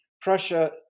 Prussia